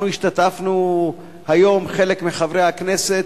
אנחנו השתתפנו היום, חלק מחברי הכנסת,